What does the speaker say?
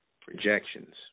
projections